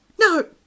No